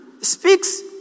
speaks